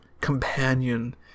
companion